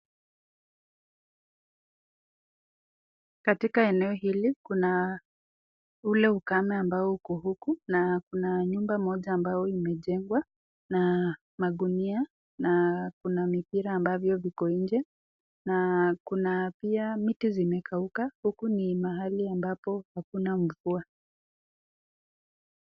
Katika eneo hili kuna ule ukame ambao uko huku na kuna nyumba moja ambayo imejengwa na magunia na kuna mpira ambavyo viko inje na kuna pia miti zimekauka huku ni mahali ambapo hakuna mvua.